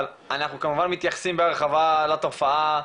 אבל אנחנו כמובן מתייחסים בהרחבה לתופעה.